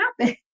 happen